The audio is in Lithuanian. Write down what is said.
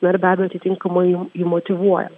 na ir be abejo atitinkamai jį motyvuoja